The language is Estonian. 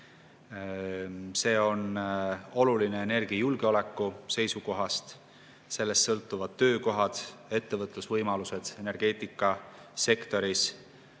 See on oluline energiajulgeoleku seisukohast. Sellest sõltuvad töökohad ja ettevõtlusvõimalused energeetikasektoris.